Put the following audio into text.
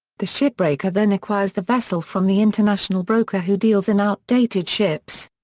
the ship-breaker then acquires the vessel from the international broker who deals in outdated ships.